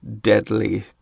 deadly